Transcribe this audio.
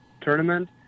tournament